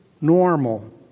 normal